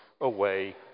away